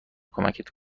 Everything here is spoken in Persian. کمک